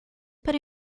para